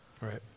Right